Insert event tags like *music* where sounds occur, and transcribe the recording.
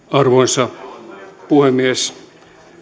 *unintelligible* arvoisa puhemies